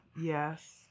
Yes